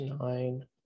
nine